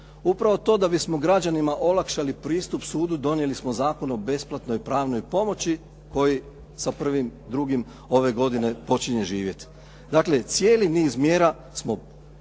upravo to da bismo građanima olakšali pristup sudu donijeli smo Zakon o besplatnoj pravnoj pomoći koji sa 1.2. ove godine počinje živjeti. Dakle, cijeli niz mjera smo